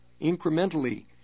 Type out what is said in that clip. incrementally